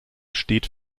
steht